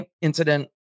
incident